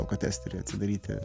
alkotesterį atsidaryti